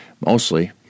mostly